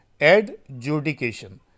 Adjudication